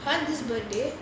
!huh! this birthday